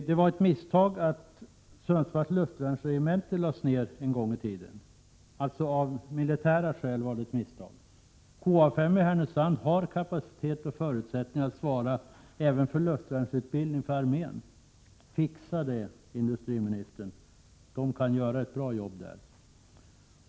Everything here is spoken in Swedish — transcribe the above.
Det var av militära skäl ett misstag att en gång i tiden lägga ned Sundsvalls luftvärnsregemente. KA 5 i Härnösand har kapacitet och förutsättningar att svara även för luftvärnsutbildningen för armén. Fixa det, industriministern! De kan göra ett bra jobb där.